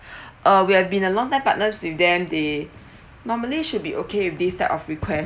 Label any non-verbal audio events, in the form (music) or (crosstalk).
(breath) uh we have been a long time partners with them they normally should be okay with this type of request